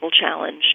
challenge